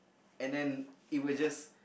and then it was just